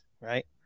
right